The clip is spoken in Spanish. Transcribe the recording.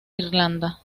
irlanda